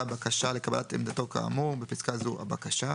בקשה לקבלת עמדתו כאמור (בפסקה זו - הבקשה),